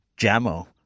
Jammo